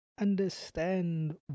understand